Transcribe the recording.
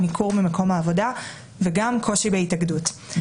ניכור במקום העבודה וגם קושי בהתאגדות.